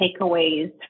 takeaways